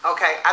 Okay